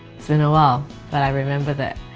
it's been a while but i remember that.